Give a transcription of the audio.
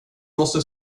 måste